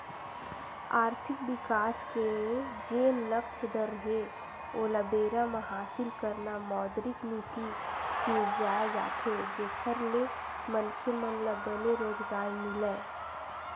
आरथिक बिकास के जेन लक्छ दर हे ओला बेरा म हासिल करना मौद्रिक नीति सिरजाये जाथे जेखर ले मनखे मन ल बने रोजगार मिलय